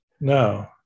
No